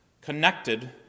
connected